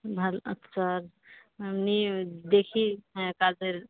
ভালো আচ্ছা নিয়ে দেখি হ্যাঁ